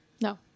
No